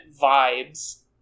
vibes